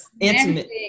intimate